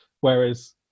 Whereas